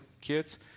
kids